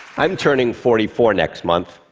i'm turning forty four next month,